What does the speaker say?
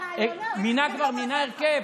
כבר מינה הרכב,